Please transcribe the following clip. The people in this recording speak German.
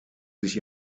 sich